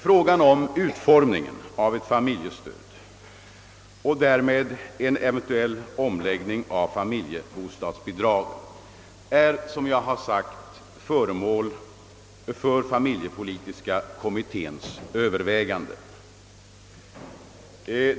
Frågan om utformningen av ett familjestöd och därmed en eventuell omläggning av familjebostadsbidraget är, som jag har sagt, föremål för familjepolitiska kommitténs överväganden.